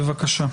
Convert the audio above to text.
בבקשה.